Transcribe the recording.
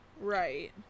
Right